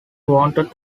wanted